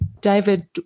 David